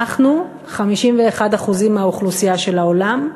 אנחנו 51% מהאוכלוסייה של העולם,